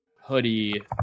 hoodie